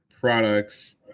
products